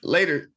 Later